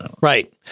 Right